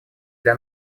для